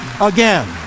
again